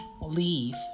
leave